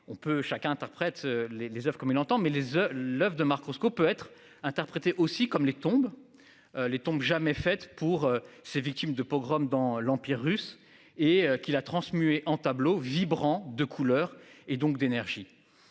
on peut chacun interprète les les Oeuvres comme il l'entend mais les oeufs l'oeuf de Marc Roscoe peut être interprétée aussi comme les tombes. Les tombes jamais fait pour ces victimes de pogroms dans l'Empire russe et qui la transmués en tableaux vibrant de couleur et donc d'énergie.